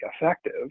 effective